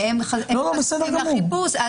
שהם חשופים לחיפוש,